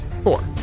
Four